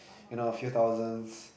you know a few thousands